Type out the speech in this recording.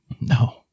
No